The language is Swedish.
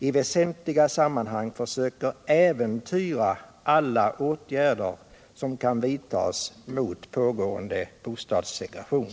i väsentliga sammanhang försöker äventyra alla åtgärder som kan vidtas mot pågående bostadssegregation.